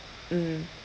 mm